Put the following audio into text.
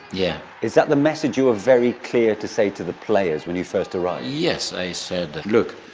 yeah is that the message you were very clear to say to the players when you first arrived? yes, i said look,